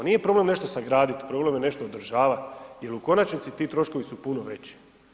Nije problem nešto sagradit, problem je nešto održavat jer u konačnici ti troškovi su puno veći.